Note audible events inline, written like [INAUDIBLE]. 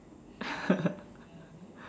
[LAUGHS]